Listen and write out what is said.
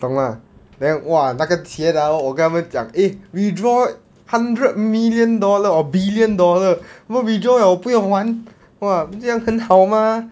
懂 mah then !wah! 那个钱 ah 我跟他们讲 eh withdraw hundred million dollar or billion dollar 我 withdraw liao 我不用还 !wah! 这样很好 mah